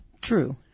True